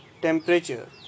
temperature